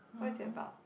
what is it about